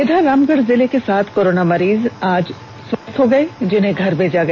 इधर रामगढ़ जिले के सात कोरोना मरीज आज स्वस्थ हो गये जिन्हें घर मेज दिया गया